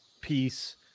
peace